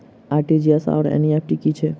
RTGS आओर NEFT की छैक?